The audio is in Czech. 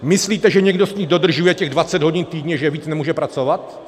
Myslíte, že někdo z nich dodržuje těch 20 hodin týdně, že víc nemůže pracovat?